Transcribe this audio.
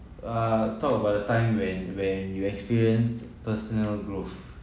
uh talk about the time when when you experienced personal growth